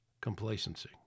complacency